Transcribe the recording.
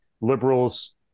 Liberals